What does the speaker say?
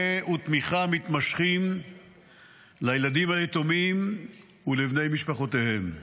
ותמיכה מתמשכים לילדים היתומים ולבני משפחותיהם.